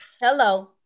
Hello